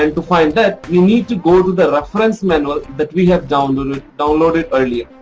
um to find that we need to go to the reference manual that we have downloaded downloaded earlier.